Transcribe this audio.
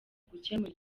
gukemura